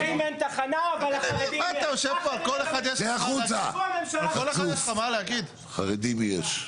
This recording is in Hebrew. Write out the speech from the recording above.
צא החוצה חצוף לחרדים יש,